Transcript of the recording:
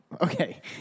Okay